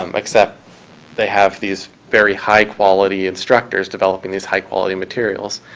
um except they have these very high quality instructors developing these high quality materials.